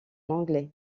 anglais